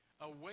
away